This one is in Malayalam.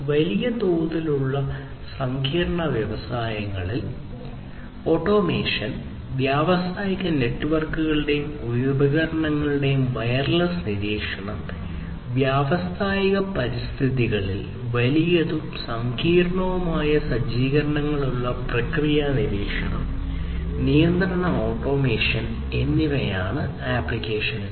വലിയ തോതിലുള്ള സങ്കീർണ്ണ വ്യവസായങ്ങളിൽ ഓട്ടോമേഷൻ വ്യാവസായിക നെറ്റ്വർക്കുകളുടെയും ഉപകരണങ്ങളുടെയും വയർലെസ് നിരീക്ഷണം വ്യാവസായിക പരിതസ്ഥിതികളിൽ വലിയതും സങ്കീർണ്ണവുമായ സജ്ജീകരണങ്ങളുള്ള പ്രക്രിയ നിരീക്ഷണം നിയന്ത്രണ ഓട്ടോമേഷൻ എന്നിവയാണ് ആപ്ലിക്കേഷനുകൾ